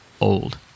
old